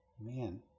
man